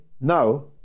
now